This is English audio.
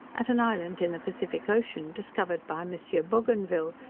at an island in the pacific ocean, discovered by monsieur bougainville,